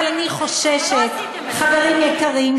אבל אני חוששת, חברים יקרים,